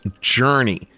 Journey